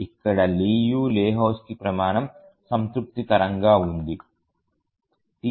ఇక్కడ Liu Lehoczky ప్రమాణం సంతృప్తికరంగా ఉంది